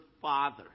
Father